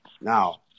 Now